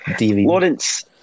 Lawrence